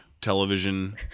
television